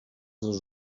dos